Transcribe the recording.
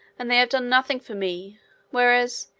and they have done nothing for me whereas,